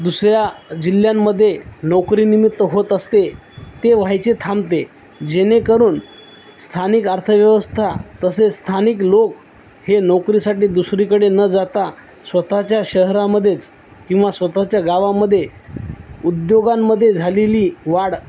दुसऱ्या जिल्ह्यांमध्ये नोकरी निमित्त होत असते ते व्हायचे थांबते जेणेकरून स्थानिक अर्थव्यवस्था तसेच स्थानिक लोक हे नोकरीसाठी दुसरीकडे न जाता स्वतःच्या शहरामधेच किंवा स्वतःच्या गावामध्ये उद्योगांमध्ये झालेली वाढ